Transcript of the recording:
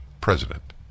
president